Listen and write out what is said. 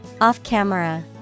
Off-camera